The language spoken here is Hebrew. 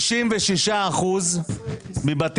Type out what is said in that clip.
חשוב לי שכל האנשים שיושבים כאן וכל מי שצופה בנו יבין למה אנחנו באמת